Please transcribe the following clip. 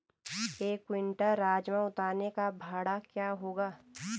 एक क्विंटल राजमा उतारने का भाड़ा क्या होगा?